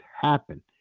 happen